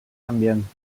ambient